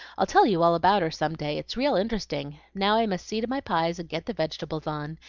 i'll tell you all about her some day, it's real interesting now i must see to my pies, and get the vegetables on,